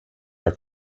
war